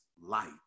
light